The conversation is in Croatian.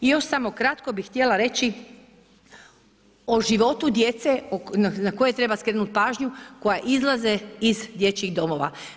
I još samo kratko bi htjela reći o životu djece na koje treba skrenuti pažnju koja izlaze iz dječjih domova.